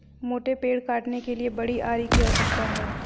मोटे पेड़ काटने के लिए बड़े आरी की आवश्यकता है